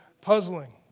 puzzling